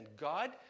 God